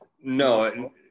No